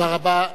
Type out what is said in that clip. תודה רבה.